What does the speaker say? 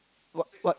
what what